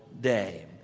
day